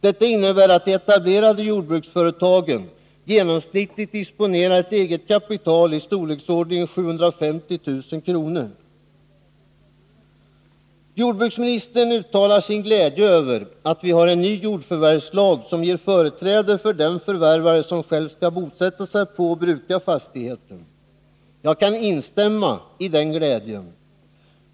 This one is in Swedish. Detta innebär att de etablerade jordbruksföretagen genomsnittligt disponerar ett eget kapital i storleksordningen 750 000 kr. Jordbruksministern uttalar sin glädje över att vi har en ny jordförvärvslag, som ger företräde för den förvärvare som själv skall bosätta sig på och bruka fastigheten. Jag kan instämma i den glädjen.